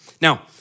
Now